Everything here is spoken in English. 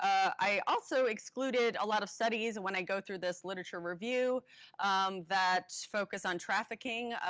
i also excluded a lot of studies when i go through this literature review that focus on trafficking.